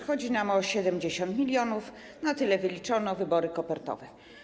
Chodzi nam o 70 mln zł, bo na tyle wyliczono wybory kopertowe.